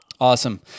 Awesome